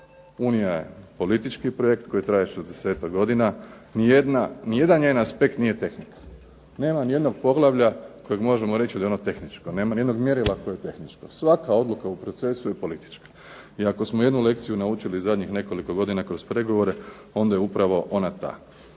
Unija je politički projekt koji traje 60-tak godina. Ni jedan njen aspekt nije ... /Govornik se ne razumije./... Nema ni jednog poglavlja za kojeg možemo reći da je ono tehničko. Nema ni jednog mjerila koje je tehničko. Svaka odluka u procesu je politička. I ako smo jednu lekciju naučili zadnjih nekoliko godina kroz pregovore, onda je upravo ta.